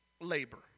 labor